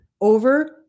over